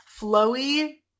flowy